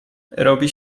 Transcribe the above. robi